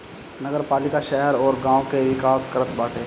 नगरपालिका शहर अउरी गांव के विकास करत बाटे